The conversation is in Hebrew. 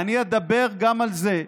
אני אדבר גם על זה.